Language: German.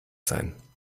sein